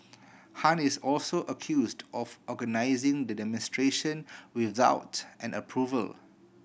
Han is also accused of organising the demonstration without an approval